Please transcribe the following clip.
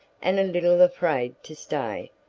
and a little afraid to stay,